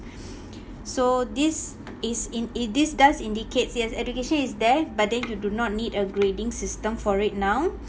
so this is in it this does indicates yes education is there but then you do not need a grading system for it now